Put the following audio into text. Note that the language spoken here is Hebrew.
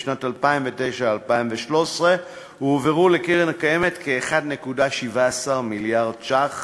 בשנים 2009 2013 הועברו לקרן הקיימת כ-1.17 מיליארד ש"ח